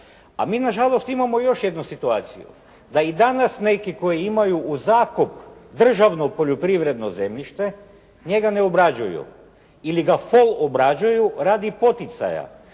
A mi nažalost imamo još jednu situaciju, da i danas neki koji imaju u zakup državno poljoprivredno zemljište njega ne obrađuju ili ga fol obrađuju radi poticaja.